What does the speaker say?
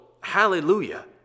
hallelujah